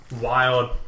wild